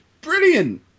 brilliant